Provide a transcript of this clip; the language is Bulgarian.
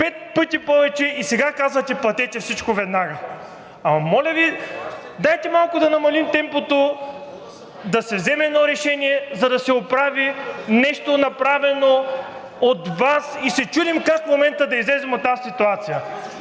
пет пъти повече, и сега казвате: „Платете всичко веднага.“ Моля Ви, дайте малко да намалим темпото, да се вземе едно решение, за да се оправи нещо направено от Вас, а и се чудим как в момента да излезем от тази ситуация.